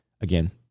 again